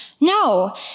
No